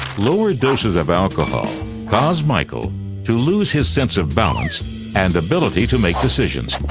lower doses of alcohol cause michael to lose his sense of balance and ability to make decisions.